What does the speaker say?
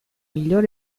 miglior